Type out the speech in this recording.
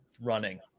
running